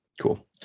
Cool